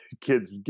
kids